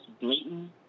blatant